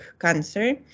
cancer